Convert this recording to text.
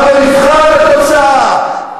אבל במבחן התוצאה,